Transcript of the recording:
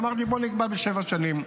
אמרתי: בואו נקבע בשבע שנים,